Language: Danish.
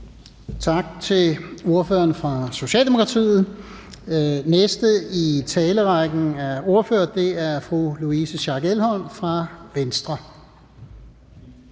Tak til ordføreren fra Socialdemokratiet. Den næste i talerrækken af ordførere er fru Louise Elholm fra Venstre.